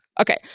Okay